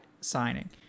signing